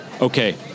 okay